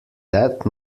that